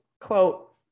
quote